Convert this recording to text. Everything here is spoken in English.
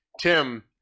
Tim